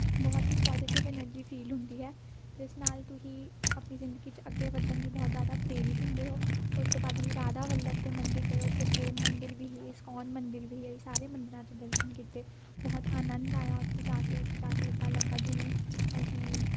ਬਹੁਤ ਹੀ positive energy feel ਹੁੰਦੀ ਹੈ ਜਿਸ ਨਾਲ ਤੁਸੀਂ ਆਪਣੀ ਜ਼ਿੰਦਗੀ 'ਚ ਅੱਗੇ ਵਧਣ ਲਈ ਬਹੁਤ ਜ਼ਿਆਦਾ ਪ੍ਰੇਰਿਤ ਹੁੰਦੇ ਹੋ ਉਸ ਤੋਂ ਬਾਅਦ ਅਸੀਂ ਰਾਧਾ ਵੱਲਭ ਦੇ ਮੰਦਿਰ ਗਏ ਉੱਥੇ ਪ੍ਰੇਮ ਮੰਦਿਰ ਵੀ ਹੀ ਇਸਕੌਣ ਮੰਦਿਰ ਵੀ ਹੈ ਸਾਰੇ ਮੰਦਿਰਾਂ 'ਚ ਦਰਸ਼ਨ ਕੀਤੇ ਬਹੁਤ ਆਨੰਦ ਆਇਆ ਉੱਥੇ ਜਾ ਕੇ ਉੱਥੇ ਜਾ ਕੇ ਇੱਦਾਂ ਲੱਗਾ ਜਿਵੇਂ ਅਸੀਂ